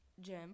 gym